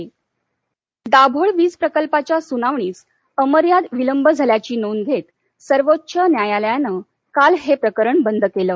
Enron Dabhol प्रकल्प दाभोळ वीज प्रकल्पाच्या सुनावणीस अमर्याद विलंब झाल्याची नोंद घेत सर्वोच्च न्यायालयानं काल हे प्रकरण बंद केलं